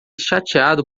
chateado